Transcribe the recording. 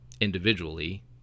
individually